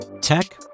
Tech